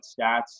stats